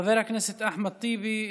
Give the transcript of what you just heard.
חבר הכנסת אחמד טיבי,